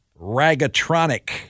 Ragatronic